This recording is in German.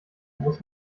muss